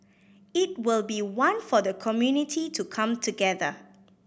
it will be one for the community to come together